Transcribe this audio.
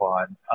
on